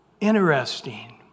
Interesting